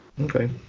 okay